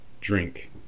drink